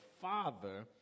father